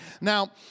Now